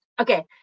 Okay